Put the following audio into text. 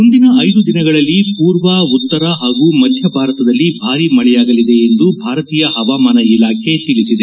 ಮುಂದಿನ ಐದು ದಿನಗಳಲ್ಲಿ ಪೂರ್ವ ಉತ್ತರ ಹಾಗೂ ಮಧ್ಯಭಾರತದಲ್ಲಿ ಭಾರೀ ಮಳೆಯಾಗಲಿದೆ ಎಂದು ಭಾರತೀಯ ಹವಾಮಾನ ಇಲಾಖೆ ತಿಳಿಸಿದೆ